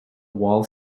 wall